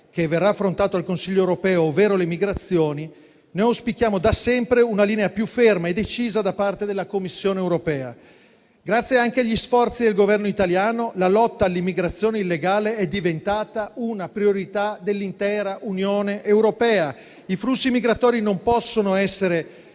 che verrà affrontato dal Consiglio europeo, ovvero le migrazioni, auspichiamo da sempre una linea più ferma e decisa da parte della Commissione europea. Grazie anche agli sforzi del Governo italiano, la lotta all'immigrazione illegale è diventata una priorità dell'intera Unione europea. I flussi migratori non possono essere